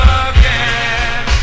again